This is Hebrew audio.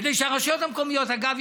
כדי שהרשויות המקומיות אגב,